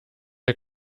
ihr